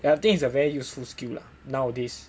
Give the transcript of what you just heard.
ya I think it's a very useful skill lah nowadays